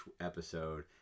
episode